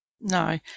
No